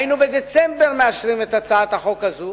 היינו מאשרים בדצמבר את הצעת החוק הזאת